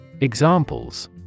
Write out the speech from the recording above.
Examples